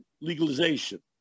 legalization